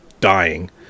dying